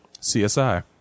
CSI